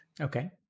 Okay